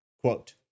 quote